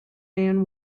man